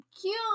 Cute